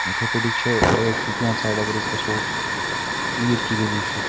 یِتھے پٲٹھۍ چھِ شُپیَن سایڈٕ اگر أسۍ گَژھو پیٖر کی گلی چھُ